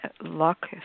luck